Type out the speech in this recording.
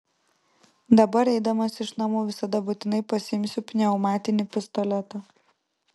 dabar eidamas iš namų visada būtinai pasiimsiu pneumatinį pistoletą